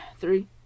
Three